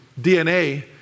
DNA